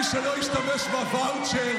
מי שלא ישתמש בוואוצ'ר,